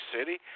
City